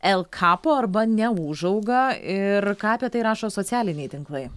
el kapo arba neūžauga ir ką apie tai rašo socialiniai tinklai